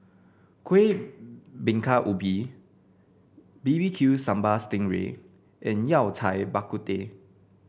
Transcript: Kueh Bingka Ubi bbq Sambal Sting Ray and Yao Cai Bak Kut Teh